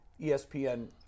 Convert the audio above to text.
ESPN